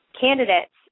candidates